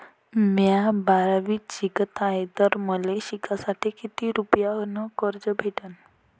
म्या बारावीत शिकत हाय तर मले शिकासाठी किती रुपयान कर्ज भेटन?